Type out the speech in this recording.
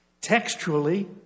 textually